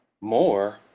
More